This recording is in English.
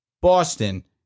Boston